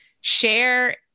share